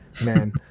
man